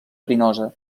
verinosa